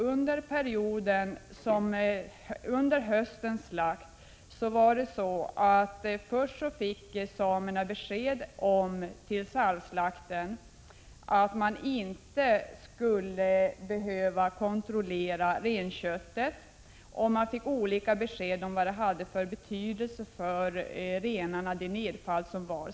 Under höstens slaktperiod fick samerna till att börja med besked inför sarvslakten att de skulle bli skyldiga att kontrollera renköttet. Olika besked lämnades om vilken betydelse nedfallet hade för rennäringen.